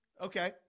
Okay